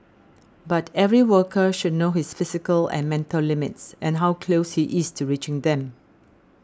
but every worker should know his physical and mental limits and how close he is to reaching them